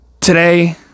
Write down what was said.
Today